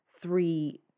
three